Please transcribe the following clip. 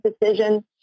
decision